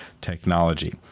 technology